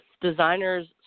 designer's